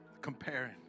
comparing